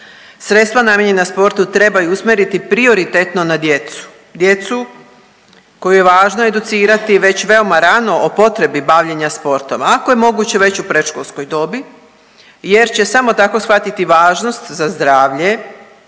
Sredstva namijenjena sportu trebaju usmjeriti prioritetno na djecu, djecu koju je važno educirati već veoma rano o potrebi bavljenja sportom, ako je moguće već u predškolskoj dobi jer će samo tako shvatiti važnost za zdravlje